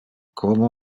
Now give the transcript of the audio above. como